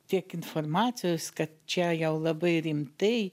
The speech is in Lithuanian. tiek informacijos kad čia jau labai rimtai